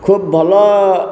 ଖୁବ୍ ଭଲ